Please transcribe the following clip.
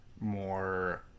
more